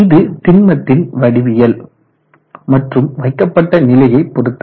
இது திண்மத்தின் வடிவியல் மற்றும் வைக்கப்பட்ட நிலையை பொறுத்தது